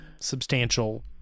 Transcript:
substantial